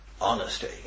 honesty